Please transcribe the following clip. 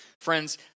Friends